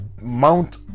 mount